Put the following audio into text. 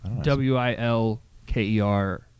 W-I-L-K-E-R